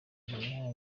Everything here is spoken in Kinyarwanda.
ibihaha